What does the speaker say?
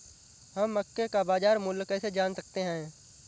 हम मक्के का बाजार मूल्य कैसे जान सकते हैं?